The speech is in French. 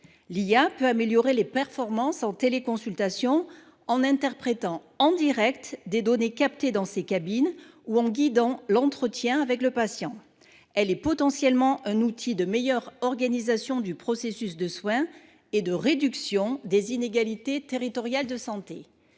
L'IA peut améliorer les performances en téléconsultation en interprétant en direct des données captées dans ses cabines ou en guidant l'entretien avec le patient. Elle est potentiellement un outil de meilleure organisation du processus de soins et de réduction des inégalités territoriales de santé.